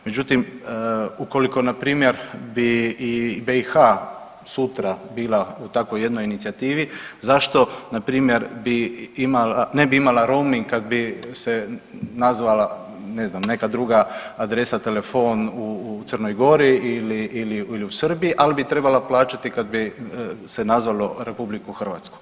Međutim, ukoliko npr. bi i BiH sutra bila u takvoj jednoj inicijativi zašto npr. ne bi imala roming kad bi se nazvala ne znam neka druga adresa telefon u Crnoj Gori ili u Srbiji, ali bi trebala plaćati kad bi se nazvalo RH.